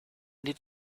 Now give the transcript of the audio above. need